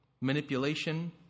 manipulation